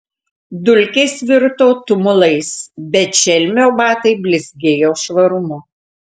dulkės virto tumulais bet šelmio batai blizgėjo švarumu